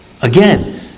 Again